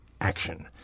action